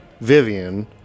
Vivian